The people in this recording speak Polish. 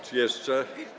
Czy jeszcze?